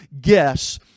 guess